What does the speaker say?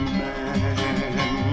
man